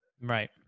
right